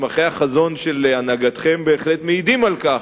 מסמכי החזון של הנהגתכם בהחלט מעידים על כך,